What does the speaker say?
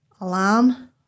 Alarm